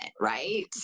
right